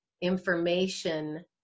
information